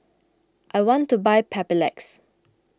I want to buy Papulex